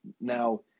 Now